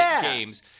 games